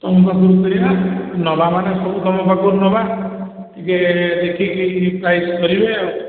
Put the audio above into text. ତମ ପାଖରୁ କିଣିବା ନେବା ମାନେ ସବୁ ତମ ପାଖରୁ ନେବା ଟିକେ ଦେଖିକି ରିପ୍ଲାଏ କରିବେ ଆଉ